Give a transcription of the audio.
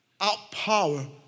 outpower